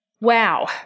Wow